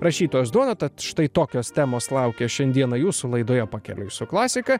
rašytojos duoną tad štai tokios temos laukia šiandieną jūsų laidoje pakeliui su klasika